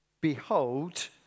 Behold